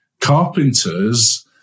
Carpenters